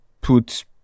put